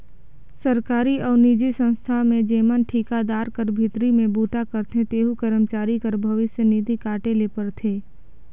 सरकारी अउ निजी संस्था में जेमन ठिकादार कर भीतरी में बूता करथे तेहू करमचारी कर भविस निधि काटे ले परथे